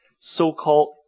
so-called